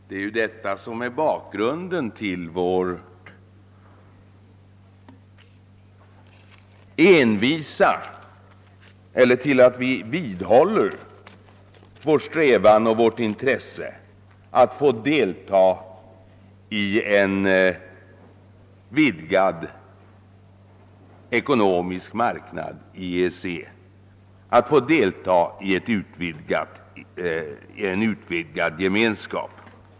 Det är detta som är bakgrunden till att vi håller fast vid vår strävan och vårt intresse att få delta i en vidgad gemenskap.